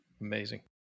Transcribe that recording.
Amazing